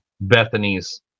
Bethany's